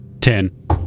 Ten